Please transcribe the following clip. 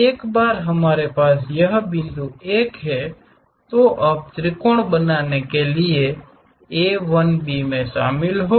एक बार हमारे पास यह बिंदु 1 है अब त्रिकोण बनाने के लिए A1B में शामिल हों